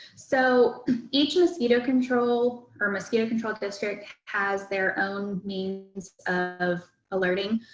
so each mosquito control or mosquito control district has their own means of alerting.